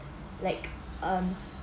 like um